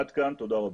עד כאן, תודה רבה.